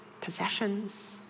possessions